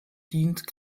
dient